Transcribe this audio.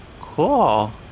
cool